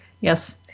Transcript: yes